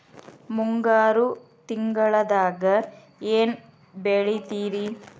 ಮುಂಗಾರು ತಿಂಗಳದಾಗ ಏನ್ ಬೆಳಿತಿರಿ?